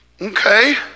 okay